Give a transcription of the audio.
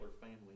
family